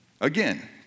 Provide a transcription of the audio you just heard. again